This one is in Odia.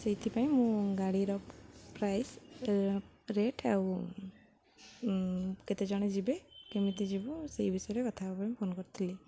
ସେଇଥିପାଇଁ ମୁଁ ଗାଡ଼ିର ପ୍ରାଇସ୍ ରେଟ୍ ଆଉ କେତେଜଣ ଯିବେ କେମିତି ଯିବୁ ସେଇ ବିଷୟରେ କଥା ହେବା ପାଇଁଁ ଫୋନ୍ କରିଥିଲି